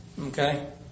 Okay